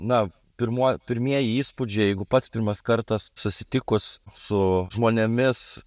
na pirmuo pirmieji įspūdžiai jeigu pats pirmas kartas susitikus su žmonėmis